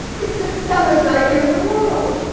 it's the dumbest idea in the world.